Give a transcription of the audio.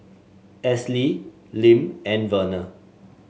Esley Lim and Verner